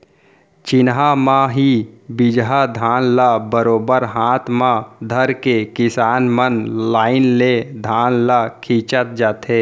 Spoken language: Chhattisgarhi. चिन्हा म ही बीजहा धान ल बरोबर हाथ म धरके किसान मन लाइन से धान ल छींचत जाथें